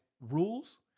rules